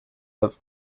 have